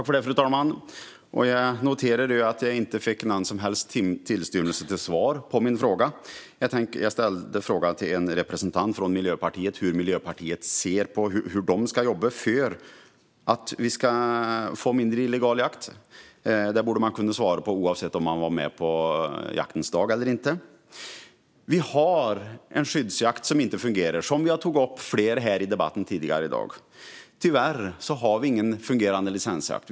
Fru talman! Jag noterar att jag inte fick en tillstymmelse till svar på min fråga. Jag ställde frågan till en representant för Miljöpartiet hur Miljöpartiet vill jobba för att vi ska få mindre illegal jakt. Det borde man kunna svara på oavsett om man var med på jaktens dag eller inte. Vi har en skyddsjakt som inte fungerar, vilket flera har tagit upp tidigare i debatten. Tyvärr har vi ingen fungerande licensjakt.